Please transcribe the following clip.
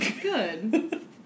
Good